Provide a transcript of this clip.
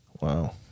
Wow